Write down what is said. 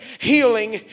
healing